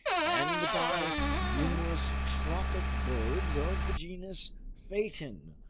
and by numerous tropic birds of the genus phaeton,